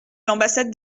l’ambassade